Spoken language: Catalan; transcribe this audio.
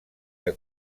que